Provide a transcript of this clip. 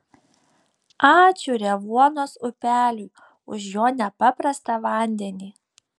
ačiū revuonos upeliui už jo nepaprastą vandenį